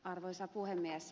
arvoisa puhemies